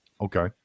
Okay